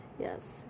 yes